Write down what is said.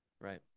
right